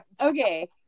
Okay